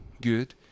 good